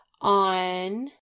on